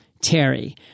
Terry